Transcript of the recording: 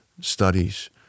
studies